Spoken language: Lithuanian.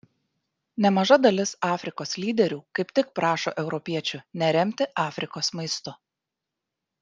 nemaža dalis afrikos lyderių kaip tik prašo europiečių neremti afrikos maistu